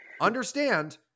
Understand